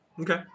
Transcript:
Okay